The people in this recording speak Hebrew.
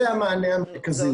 זה המענה המרכזי.